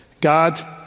God